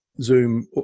Zoom